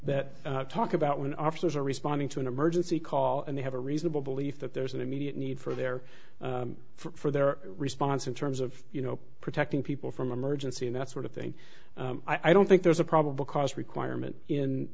that talk about when officers are responding to an emergency call and they have a reasonable belief that there's an immediate need for for their for their response in terms of you know protecting people from emergency and that sort of thing i don't think there's a probable cause requirement in